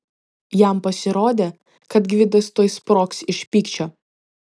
jam pasirodė kad gvidas tuoj sprogs iš pykčio